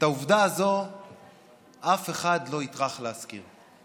את העובדה הזאת אף אחד לא יטרח להזכיר.